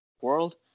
World